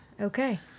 okay